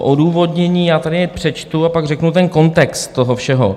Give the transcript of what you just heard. Odůvodnění já tady přečtu a pak řeknu kontext toho všeho.